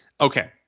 Okay